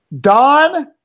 Don